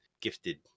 gifted